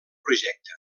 projecte